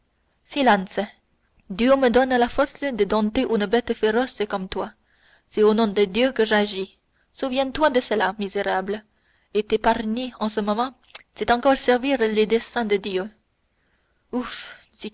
dieu me donne la force de dompter une bête féroce comme toi c'est au nom de ce dieu que j'agis souviens-toi de cela misérable et t'épargner en ce moment c'est encore servir les desseins de dieu ouf